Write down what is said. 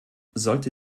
sollte